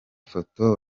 foto